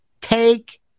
take